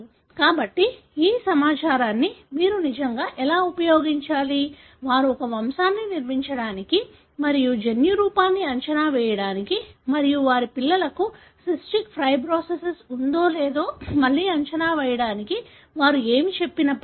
కాబట్టి ఈ సమాచారాన్ని మీరు నిజంగా ఎలా ఉపయోగించాలి వారు ఒక వంశాన్ని నిర్మించడానికి మరియు జన్యురూపాన్ని అంచనా వేయడానికి మరియు వారి పిల్లలకు సిస్టిక్ ఫైబ్రోసిస్ ఉందో లేదో మళ్ళీ అంచనా వేయడానికి వారు ఏమి చెప్పినప్పటికీ